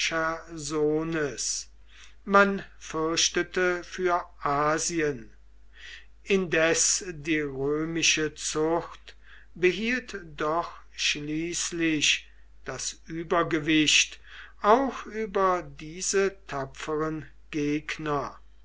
man fürchtete für asien indes die römische zucht behielt doch schließlich das übergewicht auch über diese tapferen gegner